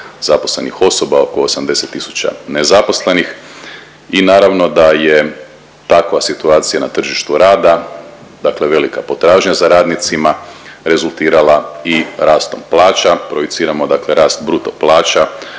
zaposlenih osoba, oko 80 tisuća nezaposlenih i naravno da je takva situacija na tržištu rada dakle velika potražnja za radnicima rezultirala i rastom plaća, projiciramo dakle rast bruto plaća